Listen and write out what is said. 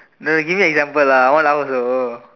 no give me example lah I want hours ago